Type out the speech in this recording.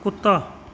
ਕੁੱਤਾ